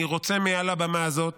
אני רוצה מעל הבמה הזאת